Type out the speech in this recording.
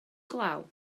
glaw